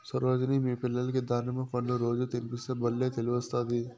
సరోజిని మీ పిల్లలకి దానిమ్మ పండ్లు రోజూ తినిపిస్తే బల్లే తెలివొస్తాది